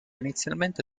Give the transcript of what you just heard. inizialmente